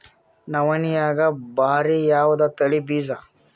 ನವಣಿಯಾಗ ಭಾರಿ ಯಾವದ ತಳಿ ಬೀಜ?